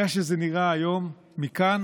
איך שזה נראה היום מכאן,